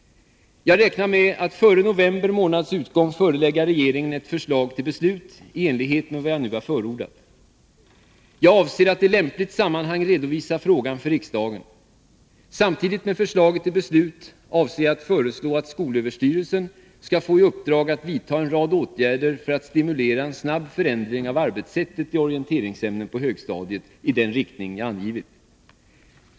Jag räknar med att före november månads utgång förelägga regeringen ett förslag till beslut i enlighet med vad jag nu har förordat. Jag avser att i lämpligt sammanhang redovisa frågan för riksdagen. Samtidigt med förslaget till beslut avser jag att föreslå att skolöverstyrelsen skall få i uppdrag att vidta en rad åtgärder för att stimulera en snabb förändring av arbetssättet i orienteringsämnen på högstadiet i den riktning jag angivit.